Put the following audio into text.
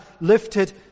lifted